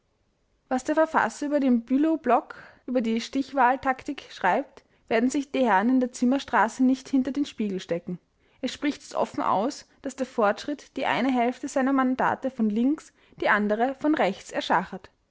was der verfasser über den bülow-block über die stichwahltaktik schreibt werden sich die herren in der zimmerstraße nicht hinter den spiegel stecken er spricht es offen aus daß der fortschritt die eine hälfte seiner mandate von links die andere von rechts erschachert